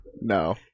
No